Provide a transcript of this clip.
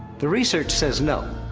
the research says no.